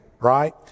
right